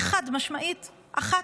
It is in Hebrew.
היא חד-משמעית אחת,